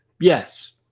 yes